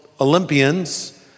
Olympians